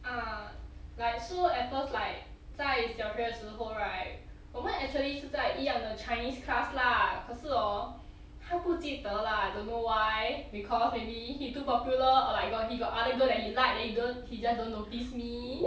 err like so at first like 在小学的时侯 right 我们 actually 是在一样的 chinese class lah 可是 hor 他不记得 lah don't know why because maybe he too popular or like got he got other girl that he like then he don't he just don't notice me